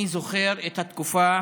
אני זוכר את התקופה